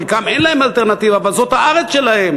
לחלקם אין אלטרנטיבה אבל זאת הארץ שלהם,